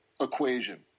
equation